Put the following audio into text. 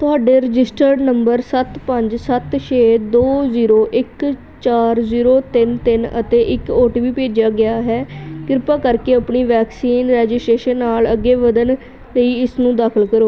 ਤੁਹਾਡੇ registered number ਸੱਤ ਪੰਜ ਸੱਤ ਛੇ ਦੋ ਜ਼ੀਰੋ ਇੱਕ ਚਾਰ ਜ਼ੀਰੋ ਤਿੰਨ ਤਿੰਨ ਅਤੇ ਇੱਕ ਓ ਟੀ ਪੀ ਭੇਜਿਆ ਗਿਆ ਹੈ ਕਿਰਪਾ ਕਰਕੇ ਆਪਣੀ ਵੈਕਸੀਨ ਰਜਿਸਟ੍ਰੇਸ਼ਨ ਨਾਲ ਅੱਗੇ ਵਧਣ ਲਈ ਇਸਨੂੰ ਦਾਖਲ ਕਰੋ